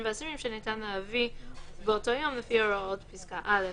והאסירים שניתן להביא באותו יום לפי הוראות פסקה (1)